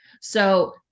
So-